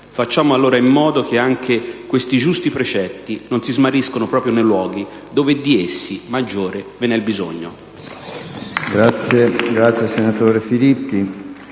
Facciamo allora in modo che anche questi giusti precetti non si smarriscano proprio nei luoghi dove di essi maggiore ve ne è il bisogno.